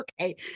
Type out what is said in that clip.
Okay